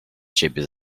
ciebie